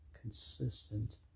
consistent